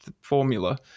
formula